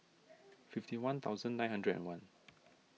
fifty one thousand nine hundred and one